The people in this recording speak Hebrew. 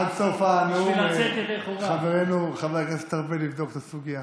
עד סוף הנאום חברנו חבר הכנסת ארבל יבדוק את הסוגיה.